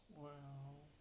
well